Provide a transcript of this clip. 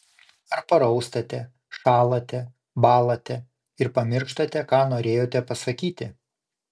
ar paraustate šąlate bąlate ir pamirštate ką norėjote pasakyti